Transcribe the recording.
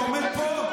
אתה עומד פה,